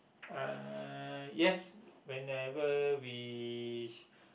uh yes whenever we